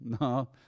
No